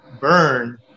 burn